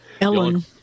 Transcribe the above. ellen